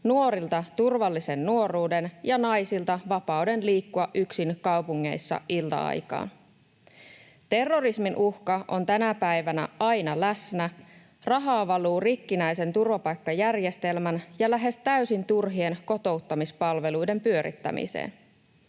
nuorilta turvallisen nuoruuden ja naisilta vapauden liikkua yksin kaupungeissa ilta-aikaan. Terrorismin uhka on tänä päivänä aina läsnä. Rahaa valuu rikkinäisen turvapaikkajärjestelmän ja lähes täysin turhien kotouttamispalveluiden pyörittämiseen.